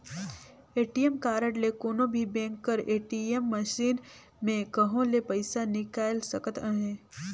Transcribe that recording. ATM card ले कोनो भी बेंक कर ए.टी.एम मसीन में कहों ले पइसा हिंकाएल सकत अहे